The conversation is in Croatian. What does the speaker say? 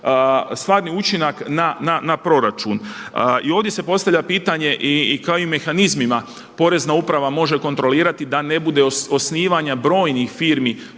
stvarni učinak na proračun. I ovdje se postavlja pitanje i kao i mehanizmima porezna uprava može kontrolirati da ne bude osnivanja brojnih firmi